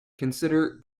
consider